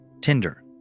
Tinder